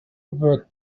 over